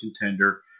contender